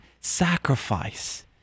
sacrifice